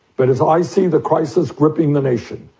but if i see the crisis gripping the nation,